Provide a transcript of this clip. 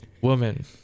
Woman